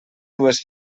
dues